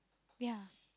yeah